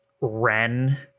Ren